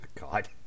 God